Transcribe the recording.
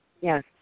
Yes